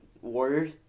Warriors